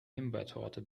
himbeertorte